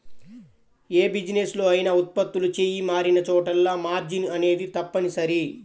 యే బిజినెస్ లో అయినా ఉత్పత్తులు చెయ్యి మారినచోటల్లా మార్జిన్ అనేది తప్పనిసరి